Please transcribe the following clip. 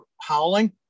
howling